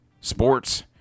sports